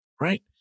right